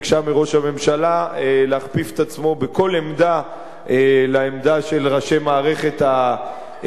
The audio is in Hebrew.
הממשלה להכפיף את עצמו בכל עמדה לעמדה של ראשי מערכת הביטחון.